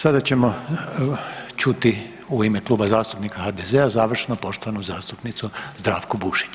Sada ćemo čuti u ime Kluba zastupnika HDZ-a završno poštovanu zastupnicu Zdravku Bušić.